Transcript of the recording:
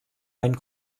meinen